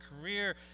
career